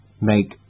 Make